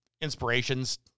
inspirations